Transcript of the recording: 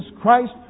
Christ